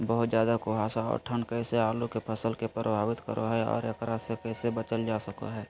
बहुत ज्यादा कुहासा और ठंड कैसे आलु के फसल के प्रभावित करो है और एकरा से कैसे बचल जा सको है?